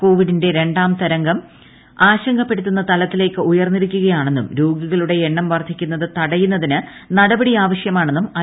കോവിഡിന്റെ രണ്ടം തരംഗം ആശങ്കപ്പെടുത്തുന്ന തലത്തിലേക്ക് ഉയർന്നിരിക്കുകയാണെന്നും രോഗികളുടെ എണ്ണം വർദ്ധിക്കുന്നത് തടയുന്നതിന് നടപടി ആവശ്യമാണെന്നും ഐ